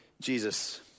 Jesus